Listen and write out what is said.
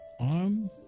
arm